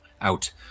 out